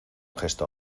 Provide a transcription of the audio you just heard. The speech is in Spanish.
gesto